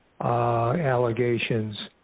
allegations